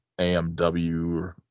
AMW